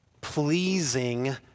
pleasing